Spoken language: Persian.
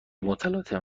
متلاطم